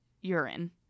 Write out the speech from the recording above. urine